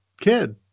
kid